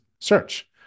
search